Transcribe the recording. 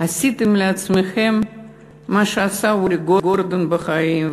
עשיתם לעצמכם מה שעשה אורי גורדון בחיים,